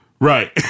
Right